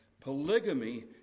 polygamy